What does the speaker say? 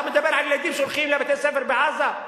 אתה מדבר על ילדים שהולכים לבתי-ספר בעזה,